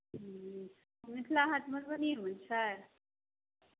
ह्म्म मिथिला हाट मधुबनिएमे छै